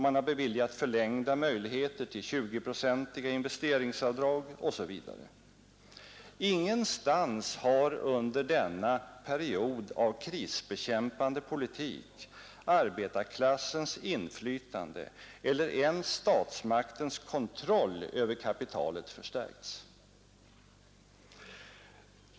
Man har beviljat förlängda möjligheter till 20-procentiga investeringsavdrag osv. Ingenstans under denna period av krisbekämpande politik har arbetarklassens inflytande eller ens statsmaktens kontroll över kapitalet förstärkts.